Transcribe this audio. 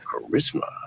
charisma